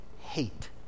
hate